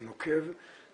נוקב,